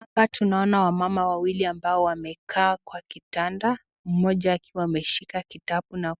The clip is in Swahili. Hapa tunaona wamama wawili ambao wamekaa kwa kitanda. Mmoja akiwa ameshika kitabu na